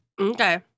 Okay